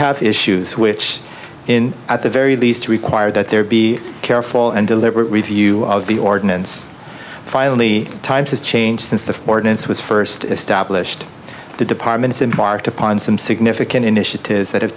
have issues which in at the very least require that there be careful and deliberate review of the ordinance finally times has changed since the ordinance was first established the departments embarked upon some significant initiatives that have